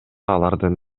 алардын